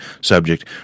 subject